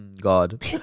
God